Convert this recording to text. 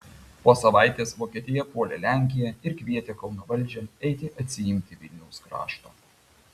po savaitės vokietija puolė lenkiją ir kvietė kauno valdžią eiti atsiimti vilniaus krašto